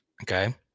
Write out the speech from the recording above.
Okay